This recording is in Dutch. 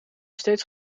steeds